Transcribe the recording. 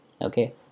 Okay